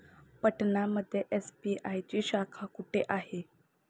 पटना मध्ये एस.बी.आय ची शाखा कुठे आहे?